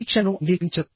వీక్షణలను అంగీకరించదు